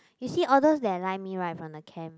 you see all those that Line me right from the camp